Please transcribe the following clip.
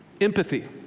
empathy